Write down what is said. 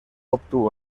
obtuvo